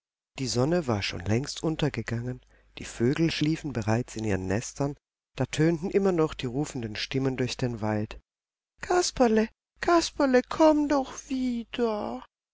die sonne war schon längst untergegangen die vögel schliefen bereits in ihren nestern da tönten immer noch die rufenden stimmen durch den wald kasperle kasperle komm doch wieder